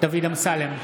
דוד אמסלם,